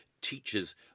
Teachers